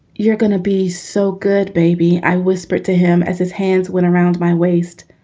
you're going to be so good, baby, i whispered to him as his hands went around my waist.